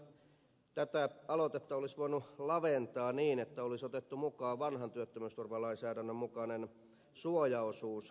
kaiken kaikkiaan tätä aloitetta olisi voinut laventaa niin että olisi otettu mukaan vanhan työttömyysturvalainsäädännön mukainen suoja osuus työttömyysturvaan